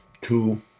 two